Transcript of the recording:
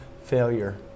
Failure